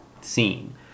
scene